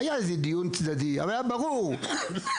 היה איזה דיון צדדי, אבל היה ברור שהוא